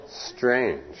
strange